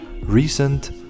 recent